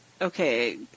Okay